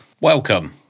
Welcome